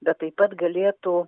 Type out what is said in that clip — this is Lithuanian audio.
bet taip pat galėtų